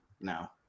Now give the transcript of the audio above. No